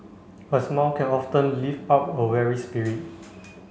a smile can often lift up a weary spirit